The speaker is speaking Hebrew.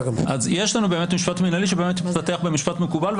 יש לנו באמת משפט מנהלי שבאמת התפתח במשפט מקובל,